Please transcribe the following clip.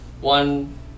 one